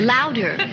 Louder